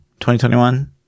2021